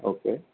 okay